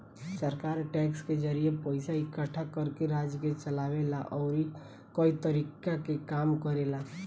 सरकार टैक्स के जरिए पइसा इकट्ठा करके राज्य के चलावे ला अउरी कई तरीका के काम करेला